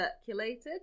circulated